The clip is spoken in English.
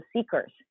seekers